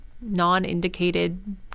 non-indicated